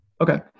Okay